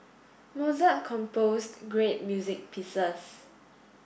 Mozart composed great music pieces